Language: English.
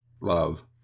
love